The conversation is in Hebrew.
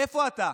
איפה אתה?